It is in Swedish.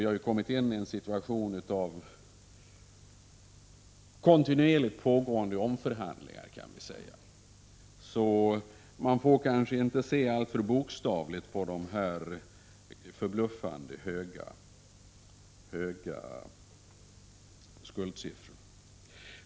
Vi har ju kommit in i en situation av kontinuerligt pågående omförhandlingar, kan man säga. Man får kanske inte se alltför bokstavligt på de förbluffande höga skuldsiffrorna.